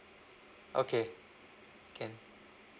okay can